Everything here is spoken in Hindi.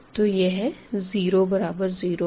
तो यह 0 बराबर 0 है